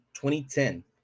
2010